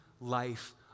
life